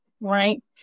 right